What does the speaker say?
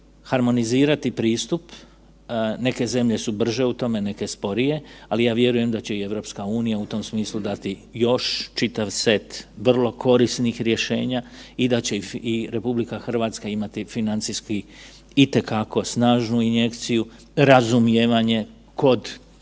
harmonizirati pristup, neke zemlje su brže u tome neke sporije, ali ja vjerujem da će i EU u tom smislu dati još čitav set vrlo korisnih rješenja i da će RH imati financijski itekako snažnu injekciju, razumijevanje kod korištenja